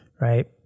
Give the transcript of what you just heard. right